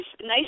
Nice